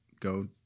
Go